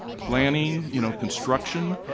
planning, you know, construction,